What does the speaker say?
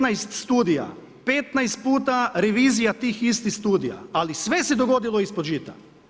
15 studija, 15 puta revizija tih istih studija, ali sve se dogodilo ispod žita.